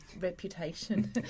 reputation